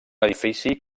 edifici